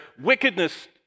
wickedness